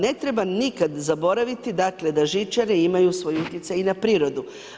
Ne treba nikada zaboraviti dakle da žičare imaju svoj utjecaj i na prirodu.